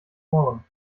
ohren